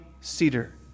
cedar